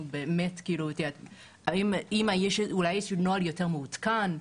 אולי יש נוהל יותר מעודכן.